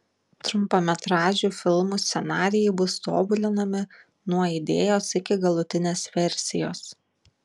trumpametražių filmų scenarijai bus tobulinami nuo idėjos iki galutinės versijos